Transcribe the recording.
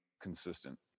consistent